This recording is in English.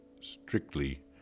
strictly